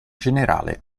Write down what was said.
generale